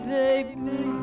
baby